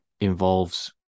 involves